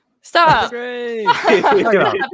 Stop